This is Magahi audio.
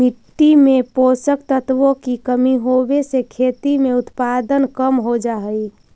मिट्टी में पोषक तत्वों की कमी होवे से खेती में उत्पादन कम हो जा हई